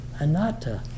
anatta